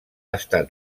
estat